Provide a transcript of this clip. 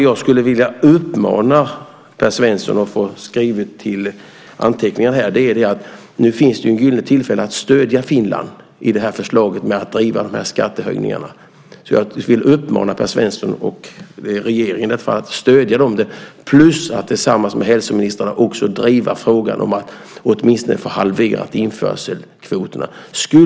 Här skulle jag vilja uppmana Per-Olof Svensson och få med i anteckningarna att det nu finns ett gyllene tillfälle att stödja Finland i förslaget med att driva fram skattehöjningarna. Jag vill uppmana Per-Olof Svensson och regeringen att stödja dem och att tillsammans med hälsoministrarna också driva frågan om att åtminstone halvera införselkvoterna.